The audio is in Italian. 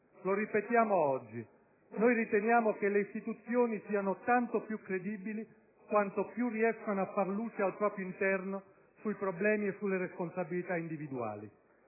lo ripetiamo oggi: noi riteniamo che le istituzioni siano tanto più credibili quanto più riescono a fare luce al proprio interno sui problemi e sulle responsabilità individuali.